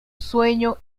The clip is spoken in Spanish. sueño